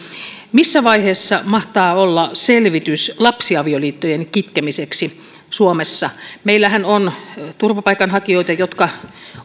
missä vaiheessa mahtaa olla selvitys lapsiavioliittojen kitkemiseksi suomessa meillähän on turvapaikanhakijoita jotka